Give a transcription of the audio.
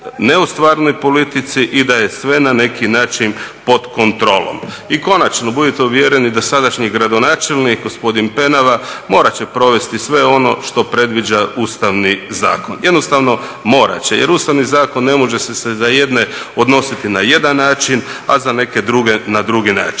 ne o stvarnoj politici i da je sve na neki način pod kontrolom. I konačno, budite uvjereni da sadašnji gradonačelnik gospodin Penava morat će provesti sve ono što predviđa Ustavni zakon. Jednostavno morat će jer Ustavni zakon ne može se za jedne odnositi na jedan način a za neke druge na drugi način.